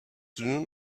soon